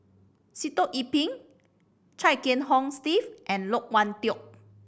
Sitoh Yih Pin Chia Kiah Hong Steve and Loke Wan Tho